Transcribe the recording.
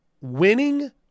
winning